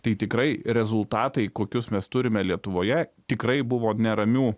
tai tikrai rezultatai kokius mes turime lietuvoje tikrai buvo neramių